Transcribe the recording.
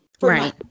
Right